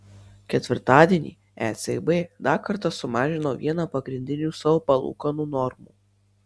ketvirtadienį ecb dar kartą sumažino vieną pagrindinių savo palūkanų normų